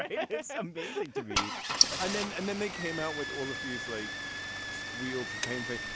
right. yeah yeah it's amazing to me and then and then they came out with all of these like squeals of painting.